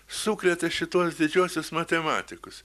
sukrėtė šituos didžiuosius matematikus